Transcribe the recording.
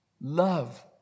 Love